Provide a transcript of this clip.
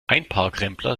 einparkrempler